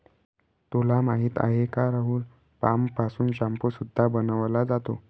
तुला माहिती आहे का राहुल? पाम पासून शाम्पू सुद्धा बनवला जातो